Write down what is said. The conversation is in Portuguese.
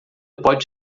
pode